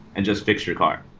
and just fix your car,